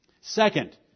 Second